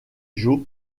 joe